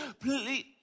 Please